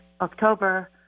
october